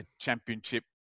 Championship